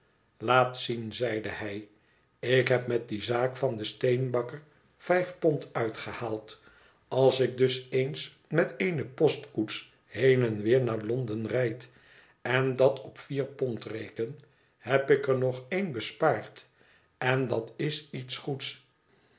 laat zien zeide hij ik heb met die zaak van den steenbakker vijf pond uitgehaald als ik dus eens met eene postkoets heen en weer naar l'ond e n rijd en dat op vier pond reken heb ik er nog een bespaard en dat is iets goeds